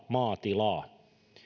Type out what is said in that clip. maatilaa